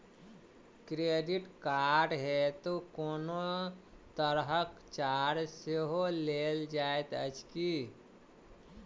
Credit card हेतु कोनो तरहक चार्ज सेहो लेल जाइत अछि की?